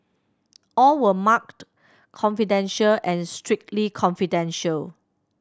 all were marked confidential and strictly confidential